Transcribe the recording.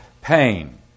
pain